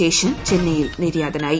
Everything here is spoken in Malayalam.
ശേഷൻ ചെന്നൈയിൽ നിര്യാതനായി